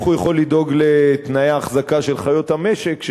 איך הוא יכול לדאוג לתנאי ההחזקה של חיות המשק,